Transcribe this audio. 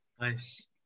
Nice